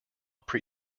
pre